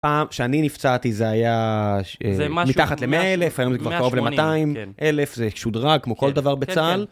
פעם שאני נפצעתי זה היה מתחת ל-100 אלף, היום זה כבר קרוב ל-200 אלף, זה שודרג כמו כל דבר בצהל.